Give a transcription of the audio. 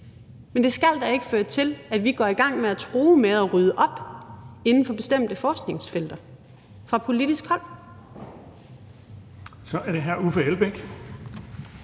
men det skal da ikke føre til, at vi fra politisk hold går i gang med at true med at rydde op inden for bestemte forskningsfelter. Kl.